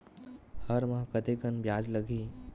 हर माह कतेकन ब्याज लगही?